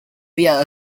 via